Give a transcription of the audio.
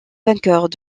vainqueurs